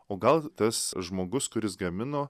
o gal tas žmogus kuris gamino